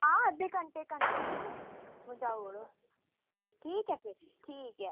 आं अद्धे घंटे घंटे च पुजाऊडो ठीक ऐ फिर ठीक ऐ